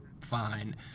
Fine